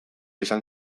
esan